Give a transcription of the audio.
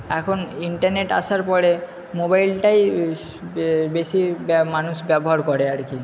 এখন ইন্টারনেট আসার পরে মোবাইলটাই বেশি মানুষ ব্যবহার করে আর কি